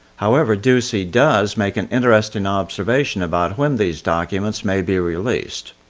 however, doocy does make an interesting observation about when these documents may be released.